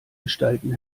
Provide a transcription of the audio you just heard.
gestalten